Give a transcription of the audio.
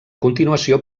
continuació